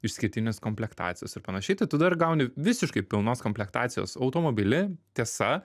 išskirtinės komplektacijos ir panašiai tai tu dar gauni visiškai pilnos komplektacijos automobilį tiesa